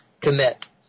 commit